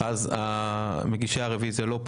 חבל שלא רצית ועדה משותפת.